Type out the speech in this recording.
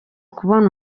kubona